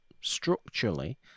structurally